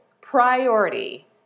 priority